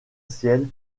ciel